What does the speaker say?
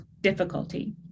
difficulty